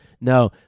No